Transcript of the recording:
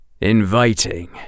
inviting